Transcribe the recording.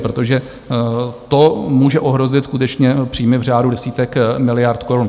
Protože to může ohrozit skutečně příjmy v řádu desítek miliard korun.